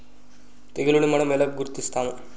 తెగులుని మనం ఎలా గుర్తిస్తాము?